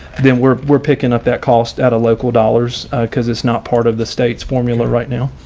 then we're we're picking up that cost at a local dollars because it's not part of the state's formula right now.